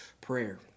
prayer